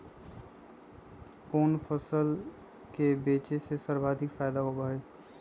कोन फसल के बेचे से सर्वाधिक फायदा होबा हई?